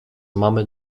mamy